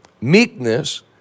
Meekness